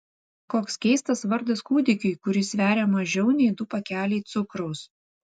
koks keistas vardas kūdikiui kuris sveria mažiau nei du pakeliai cukraus